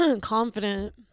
confident